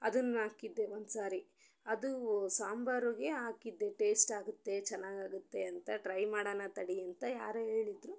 ಅದನ್ ಹಾಕಿದ್ದೆ ಒಂದು ಸಾರಿ ಅದು ಸಾಂಬಾರಿಗೆ ಹಾಕಿದ್ದೆ ಟೇಸ್ಟ್ ಆಗತ್ತೆ ಚೆನ್ನಾಗಾಗತ್ತೆ ಅಂತ ಟ್ರೈ ಮಾಡಣ ತಡಿ ಅಂತ ಯಾರೋ ಹೇಳಿದ್ರು